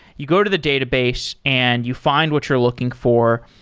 you go to the database and you find what you are looking for,